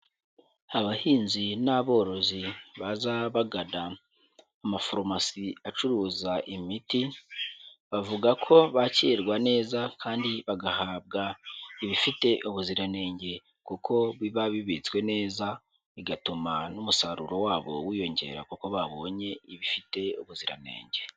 Abahinzi n'aborozi baza bagana amaforomasi acuruza imiti, bavuga ko bakirwa neza kandi bagahabwa ibifite ubuziranenge kuko biba bibitswe neza bigatuma n'umusaruro wabo wiyongera kuko babonye ibifite ubuziranenge.